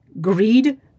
greed